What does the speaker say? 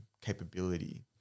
capability